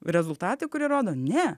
rezultatai kurie rodo ne